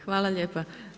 Hvala lijepa.